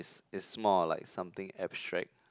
it's more of like something abstract